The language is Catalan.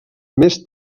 més